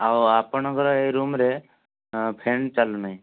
ଆଉ ଆପଣଙ୍କର ଏଇ ରୁମ୍ରେ ଏ ଫ୍ୟାନ୍ ଚାଲୁନାହିଁ